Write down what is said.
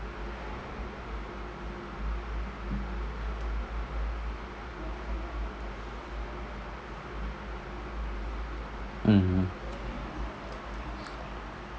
mm mm